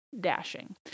Dashing